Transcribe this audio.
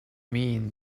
mean